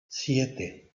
siete